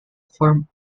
form